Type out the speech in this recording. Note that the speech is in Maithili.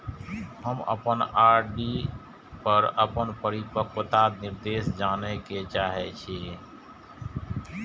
हम अपन आर.डी पर अपन परिपक्वता निर्देश जाने के चाहि छी